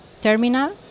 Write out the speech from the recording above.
terminal